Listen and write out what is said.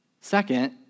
second